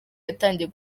yatangiye